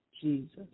Jesus